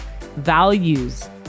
values